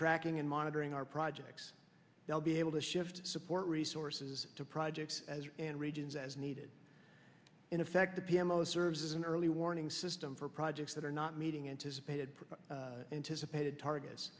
tracking and monitoring our projects they'll be able to shift support resources to projects and regions as needed in effect the p m o serves as an early warning system for projects that are not meeting anticipated anticipated targets